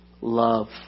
love